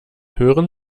hören